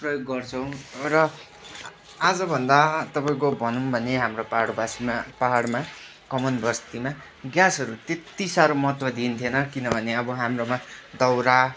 प्रयोग गर्छौँ र आजभन्दा तपाईँको भनौँ भने हाम्रो पाहाडवासीमा पाहाडमा कमानबस्तीमा ग्यासहरू त्यत्ति साह्रो महत्त्व दिन्थेन किनभने अब हाम्रोमा दाउरा